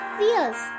fears